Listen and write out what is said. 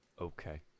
okay